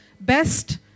best